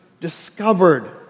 discovered